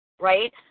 right